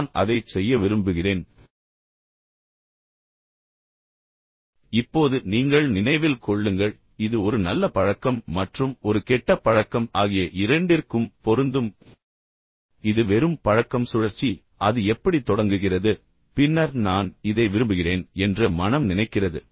நான் அதைச் செய்ய விரும்புகிறேன் இப்போது நீங்கள் நினைவில் கொள்ளுங்கள் இது ஒரு நல்ல பழக்கம் மற்றும் ஒரு கெட்ட பழக்கம் ஆகிய இரண்டிற்கும் பொருந்தும் இது வெறும் பழக்கம் சுழற்சி அது எப்படி தொடங்குகிறது பின்னர் நான் இதை விரும்புகிறேன் என்று மனம் நினைக்கிறது